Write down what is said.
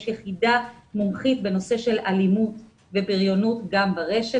בתוך משרד החינוך יש יחידה מומחית בנושא של אלימות ובריונות גם ברשת